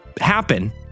happen